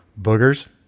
Boogers